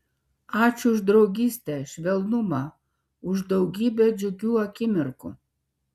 ačiū už draugystę švelnumą už daugybę džiugių akimirkų